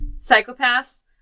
psychopaths